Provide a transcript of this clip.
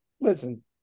listen